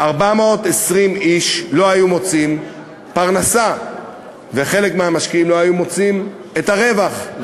420 איש לא היו מוצאים פרנסה וחלק מהמשקיעים לא היו מוצאים את הרווח,